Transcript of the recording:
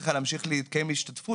שצריכה להמשיך להתקיים השתתפות,